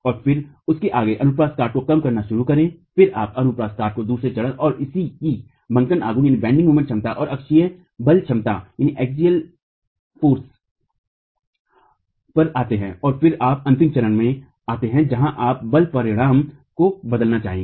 और फिर उससे आगे अनुप्रस्थ काट को कम करना शुरू करें फिर आप अनुप्रस्थ काट के दूसरे चरण और इसकी बंकन आघूर्ण क्षमता और अक्षीय बल क्षमता पर आते हैं और फिर आप अंतिम चरण में आते हैं जहाँ आप बल परिणाम को बदलना चाहेंगे